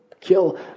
kill